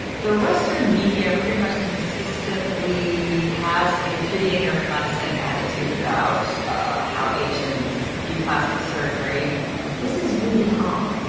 the western media pretty much consistently has a pitying or condescending attitude about how asians view plastic surgery this is euny hong,